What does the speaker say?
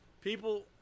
people